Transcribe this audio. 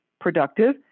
productive